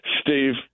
Steve